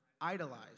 idolize